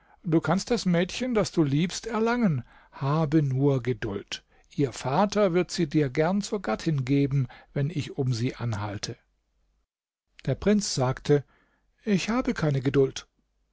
du kannst das mädchen das du liebst erlangen habe nur geduld ihr vater wird sie dir gern zur gattin geben wenn ich um sie anhalte der prinz sagte ich habe keine geduld